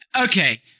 Okay